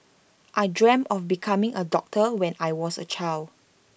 I dreamt of becoming A doctor when I was A child